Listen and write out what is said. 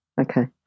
okay